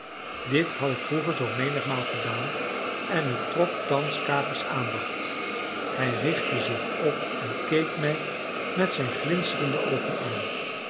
dit had ik vroeger zoo menigmaal gedaan en het trok thans capi's aandacht hij richtte zich op en keek mij met zijn glinsterende oogen aan